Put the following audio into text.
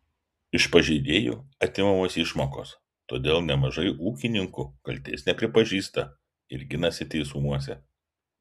iš pažeidėjų atimamos išmokos todėl nemažai ūkininkų kaltės nepripažįsta ir ginasi teismuose